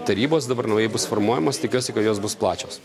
tarybos dabar naujai bus formuojamos tikiuosi kad jos bus plačios